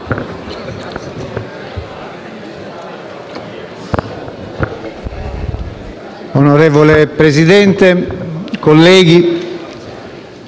Onorevole Presidente, colleghi,